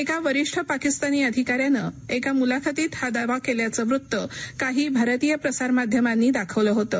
एका वरिष्ठ पाकिस्तानी अधिकाऱ्यानं एका मुलाखतीत हा दावा केल्याचं वृत्त काही भारतीय प्रसारमाध्यमांनी दाखवलं होतं